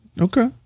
Okay